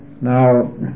Now